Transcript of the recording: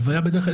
הלוויה בדרך כלל,